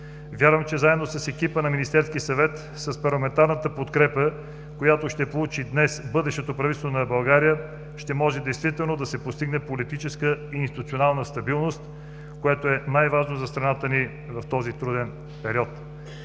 Вярвам, че заедно с екипа на Министерския съвет, с парламентарната подкрепа, която ще получи днес бъдещото правителство на България, ще може действително да се постигне политическа и институционална стабилност, която е най-важна за страната ни в този труден период.